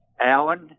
Alan